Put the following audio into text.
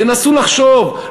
תנסו לחשוב,